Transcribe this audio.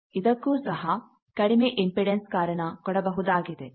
ಇದಕ್ಕೂ ಸಹ ಕಡಿಮೆ ಇಂಪಿಡೆನ್ಸ್ ಕಾರಣ ಕೊಡಬಹುದಾಗಿದೆ